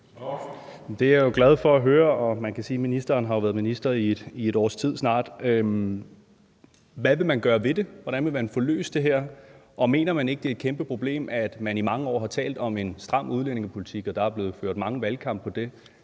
Det er jeg glad for at høre, og man kan sige, at ministeren jo snart har været minister i et års tid. Hvad vil man gøre ved det? Hvordan vil man få løst det her? Og mener man ikke, at det er et kæmpeproblem, at man i mange år har talt om en stram udlændingepolitik, og at der er blevet ført mange valgkampe på det,